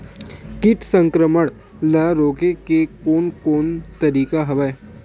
कीट संक्रमण ल रोके के कोन कोन तरीका हवय?